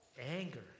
Anger